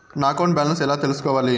నా account balance ఎలా తెల్సుకోవాలి